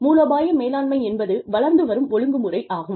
மூலோபாய மேலாண்மை என்பது வளர்ந்து வரும் ஒழுங்கு முறையாகும்